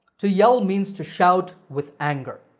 to yell means to shout with anger.